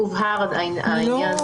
הובהר העניין.